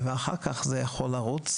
ואחר כך זה יכול לרוץ,